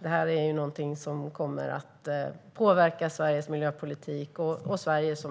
Det är något som kommer att påverka Sveriges miljöpolitik. Sverige är i dag också ett